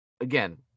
again